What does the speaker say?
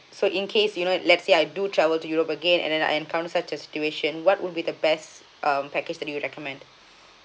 so in case you know let's say I do travel to europe again and then I encounter such a situation what would be the best um package that you recommend